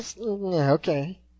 okay